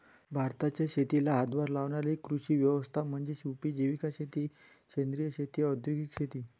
भारताच्या शेतीला हातभार लावणारी कृषी व्यवस्था म्हणजे उपजीविका शेती सेंद्रिय शेती औद्योगिक शेती